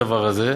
הדבר הזה.